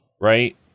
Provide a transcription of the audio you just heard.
right